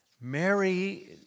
Mary